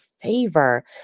favor